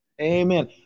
Amen